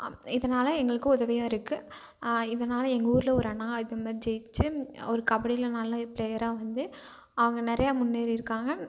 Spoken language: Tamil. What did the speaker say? ஆம் இதனால் எங்களுக்கு உதவியா இருக்கு இதனால் எங்கள் ஊரில் ஒரு அண்ணா இதுமாதிரி ஜெயிச்சு ஒரு கபடியில நல்ல பிளேயராக வந்து அவங்க நிறையா முன்னேறி இருக்காங்க